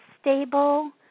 stable